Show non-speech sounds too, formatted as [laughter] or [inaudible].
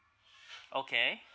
[noise] okay